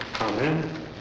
Amen